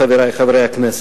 חברי חברי הכנסת?